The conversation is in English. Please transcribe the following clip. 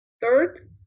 Third